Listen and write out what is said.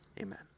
Amen